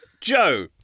Joe